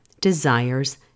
desires